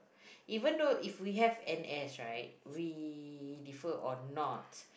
even though if we have N_S right we differ or not